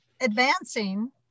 advancing